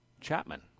Chapman